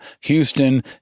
Houston